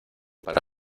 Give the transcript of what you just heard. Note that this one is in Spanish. para